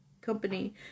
Company